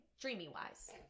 dreamy-wise